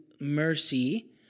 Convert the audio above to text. mercy